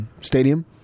stadium